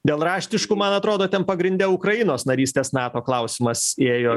dėl raštiškų man atrodo ten pagrinde ukrainos narystės nato klausimas ėjo